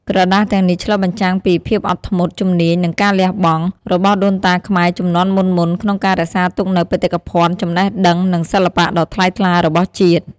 ក្រដាសទាំងនេះឆ្លុះបញ្ចាំងពី ភាពអត់ធ្មត់ ជំនាញ និងការលះបង់ របស់ដូនតាខ្មែរជំនាន់មុនៗក្នុងការរក្សាទុកនូវបេតិកភណ្ឌចំណេះដឹង និងសិល្បៈដ៏ថ្លៃថ្លារបស់ជាតិ។